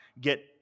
get